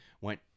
went